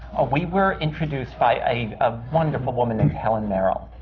we were introduced by a ah wonderful woman named helen merrill,